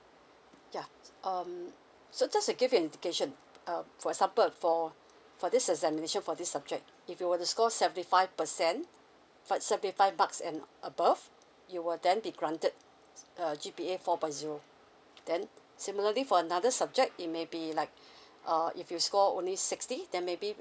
yeah um so just to give an indication uh for example for for this examination for this subject if you were to score seventy five percent about seventy five marks and above you will then be granted a G_P_A four point zero then similarly for another subject it maybe like err if you score only sixty then maybe